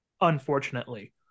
unfortunately